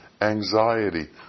anxiety